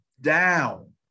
down